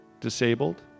disabled